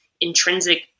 intrinsic